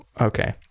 okay